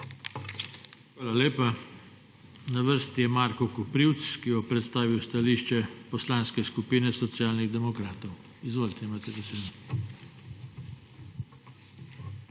Hvala lepa. Na vrsti je mag. Marko Koprivc, ki bo predstavil stališče Poslanske skupine Socialnih demokratov. Izvolite, imate besedo.